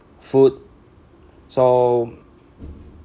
food so